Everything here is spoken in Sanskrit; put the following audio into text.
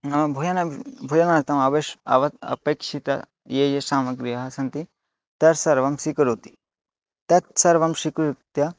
नाम भोजनं भोजनार्थम् अवश्यं अव अपेक्षितं ये ये सामग्र्यः सन्ति तत्सर्वं स्वीकरोति तत् सर्वं स्वीकृत्य